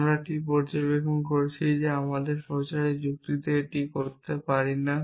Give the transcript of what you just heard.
আমরা একটি পর্যবেক্ষণ করেছি যে আমরা প্রচারের যুক্তিতে এটি করতে পারি না